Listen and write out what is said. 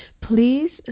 Please